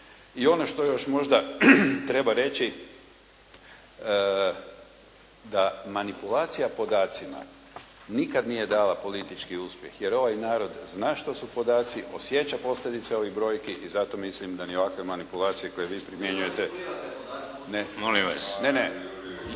I ono što još možda treba reći da manipulacija podacima nikada nije dala politički uspjeh jer ovaj narod zna što su podaci, osjeća posljedice ovih brojki i zato mislim da ni ovakve manipulacije koje vi primjenjujete